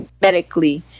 medically